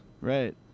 Right